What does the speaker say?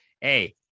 Hey